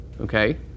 okay